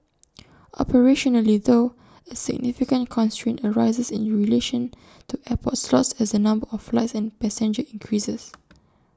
operationally though A significant constraint arises in relation to airport slots as the number of flights and passengers increases